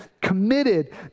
committed